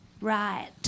Right